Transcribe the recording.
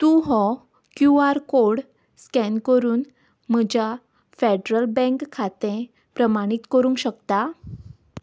तूं हो QR code scan करून म्हज्या फॅडरल बँक खातें प्रमाणीत करूंक शकता